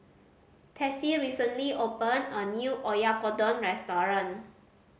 Tessie recently opened a new Oyakodon Restaurant